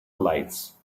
lights